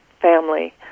family